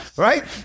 right